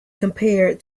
compared